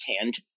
hand